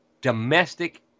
domestic